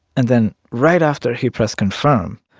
and then right after he pressed confirm,